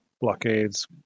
blockades